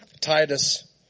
Titus